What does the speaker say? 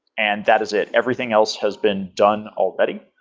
and that is it. everything else has been done already.